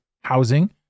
housing